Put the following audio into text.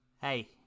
Hey